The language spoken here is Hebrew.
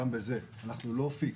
גם בזה אנחנו עוד לא פיקס.